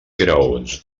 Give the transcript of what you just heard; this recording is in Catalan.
graons